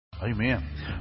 Amen